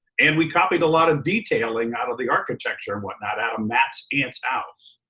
and we copied a lot of detailing out of the architecture and whatnot out of matt's aunt's house.